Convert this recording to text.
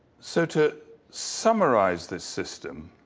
so to summarize this system,